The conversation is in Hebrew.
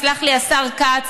יסלח לי השר כץ,